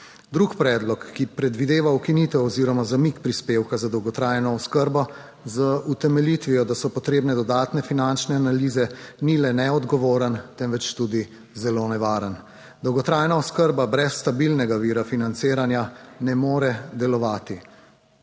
Drug predlog, ki predvideva ukinitev oziroma zamik prispevka za dolgotrajno oskrbo z utemeljitvijo, da so potrebne dodatne finančne analize, ni le neodgovoren, temveč tudi zelo nevaren. Dolgotrajna oskrba brez stabilnega vira financiranja ne more delovati.